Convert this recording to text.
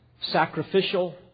sacrificial